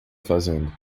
fazendo